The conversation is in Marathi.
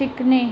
शिकणे